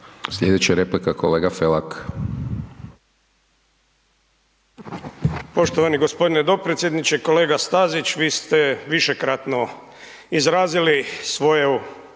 Slijedeća replika kolega Felak.